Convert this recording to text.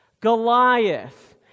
Goliath